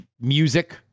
music